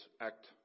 act